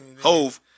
Hove